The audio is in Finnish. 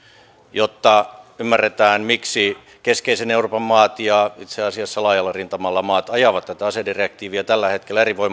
jotta ymmärretään miksi keskisen euroopan maat ja itse asiassa laajalla rintamalla maat ajavat tätä asedirektiiviä tällä hetkellä